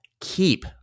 keep